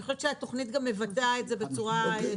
אני חושבת שהתכנית גם מבטא את זה בצורה טובה,